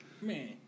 Man